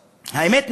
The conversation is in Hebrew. האמת,